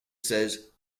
says